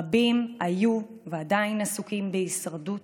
רבים היו, ועדיין, עסוקים בהישרדות